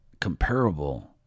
comparable